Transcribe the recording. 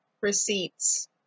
receipts